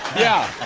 yeah.